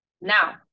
Now